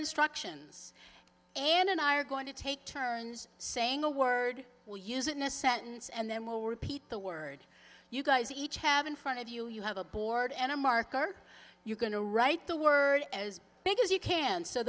instructions and i are going to take turns saying a word we'll use in a sentence and then we'll repeat the word you guys each have in front of you you have a board and a marker you're going to write the word as big as you can so